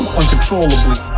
uncontrollably